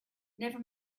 never